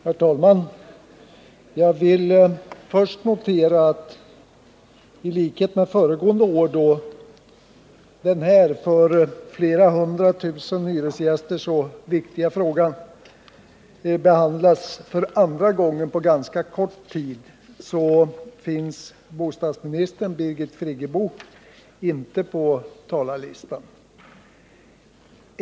Herr talman! Jag vill först notera att, i likhet med föregående år, då den här för flera hundra tusen hyresgäster så viktiga frågan behandlas för andra gången på ganska kort tid, finns bostadsministern Birgit Friggebos namn inte på talarlistan.